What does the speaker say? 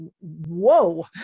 Whoa